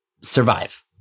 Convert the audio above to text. survive